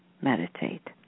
Meditate